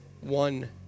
one